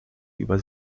über